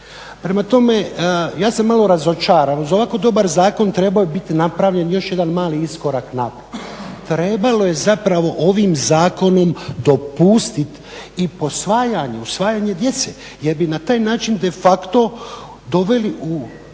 Prema tome, ja sam malo razočaran, uz ovako dobar zakon trebao je biti napravljen još jedan mali iskorak naprijed. Trebalo je ovim zakonom dopustiti i posvajanje, usvajanje djece jer bi na taj način de facto doveli u